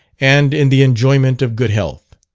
and in the enjoyment of good health.